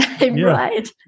Right